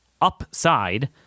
Upside